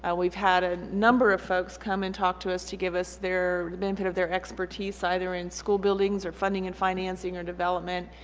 ah we've had a number of folks come and talk to us to give us their benefit of their expertise either in school buildings or funding and financing or development.